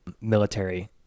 military